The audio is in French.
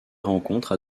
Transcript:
rencontres